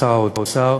לשר האוצר,